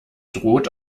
droht